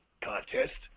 contest